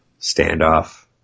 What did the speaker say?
Standoff